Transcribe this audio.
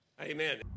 Amen